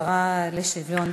השרה לשוויון חברתי.